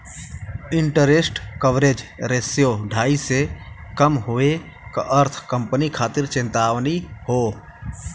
interest coverage ratio ढाई से कम होये क अर्थ कंपनी खातिर चेतावनी हौ